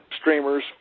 streamers